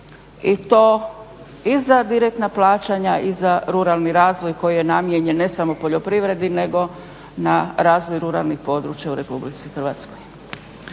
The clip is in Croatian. i to i za direktna plaćanja i za ruralni razvoj koji je namijenjen ne samo poljoprivredi nego na razvoj ruralnih područja u RH. **Leko,